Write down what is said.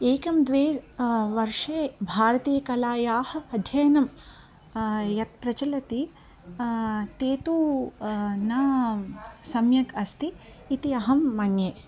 एकं द्वे वर्षे भारतीयकलायाः अध्ययनं यत् प्रचलति तत् तु न सम्यक् अस्ति इति अहं मन्ये